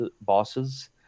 bosses